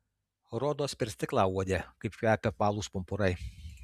rodos per stiklą uodė kaip kvepia apvalūs pumpurai